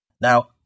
Now